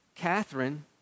Catherine